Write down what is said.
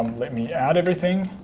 let me add everything,